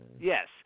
Yes